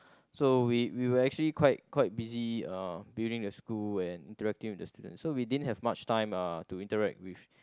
so we we were actually quite quite busy uh building the school and interacting with the students so we didn't have much time uh to interact with